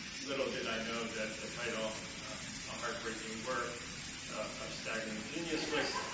little did i know that the title a heartbreaking work of staggering genius was